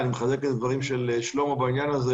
אני מחזק את דבריו של שלמה בעניין הזה